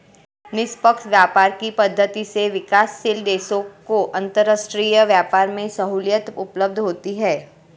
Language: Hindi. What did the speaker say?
निष्पक्ष व्यापार की पद्धति से विकासशील देशों को अंतरराष्ट्रीय व्यापार में सहूलियत उपलब्ध होती है